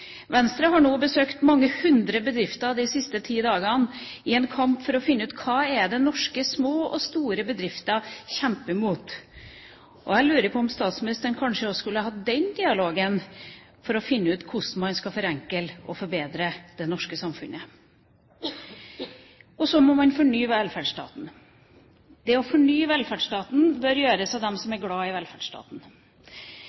Venstre har nå besøkt mange hundre bedrifter de siste ti dagene for å finne ut hva det er norske små og store bedrifter kjemper mot. Jeg lurer på om kanskje statsministeren også skulle hatt den dialogen for å finne ut hvordan man skal forenkle og forbedre det norske samfunnet. Og så må man fornye velferdsstaten. Det å fornye velferdsstaten bør gjøres av dem som